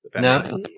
No